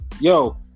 Yo